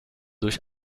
durch